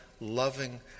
loving